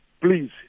Please